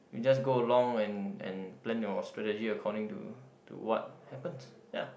you just go along and and plan your strategy according to to what happens ya